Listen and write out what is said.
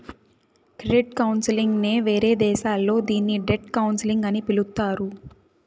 credit counselling నే వేరే దేశాల్లో దీన్ని డెట్ కౌన్సిలింగ్ అని పిలుత్తారు